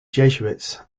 jesuits